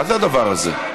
מה זה הדבר הזה?